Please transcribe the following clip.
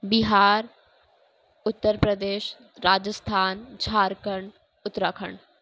Bihar Uttar Pradesh Rajasthan Jharkhand Uttarakhand